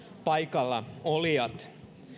paikallaolijat